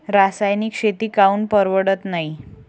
रासायनिक शेती काऊन परवडत नाई?